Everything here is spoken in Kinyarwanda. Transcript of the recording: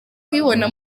kuyibona